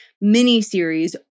mini-series